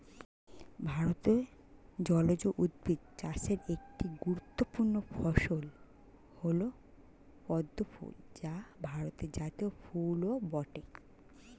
ভারতে জলজ উদ্ভিদ চাষের একটি গুরুত্বপূর্ণ ফসল হল পদ্ম ফুল যা ভারতের জাতীয় ফুলও বটে